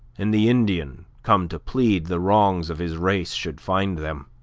and the indian come to plead the wrongs of his race should find them